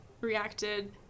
reacted